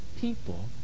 people